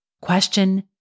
Question